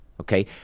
okay